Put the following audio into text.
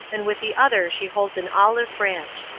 and with the other she holds an olive branch.